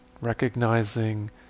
Recognizing